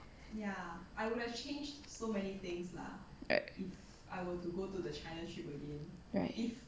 right right